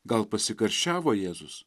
gal pasikarščiavo jėzus